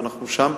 ושם,